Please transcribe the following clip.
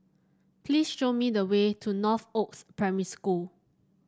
please show me the way to Northoaks Primary School